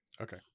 Okay